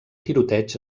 tiroteig